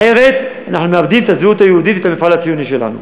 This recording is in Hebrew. אחרת אנחנו מאבדים את הזהות היהודית ואת המפעל הציוני שלנו.